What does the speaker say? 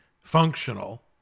functional